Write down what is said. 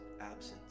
absence